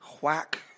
Whack